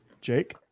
Jake